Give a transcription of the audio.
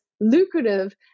lucrative